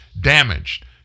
damaged